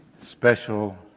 special